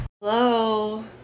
Hello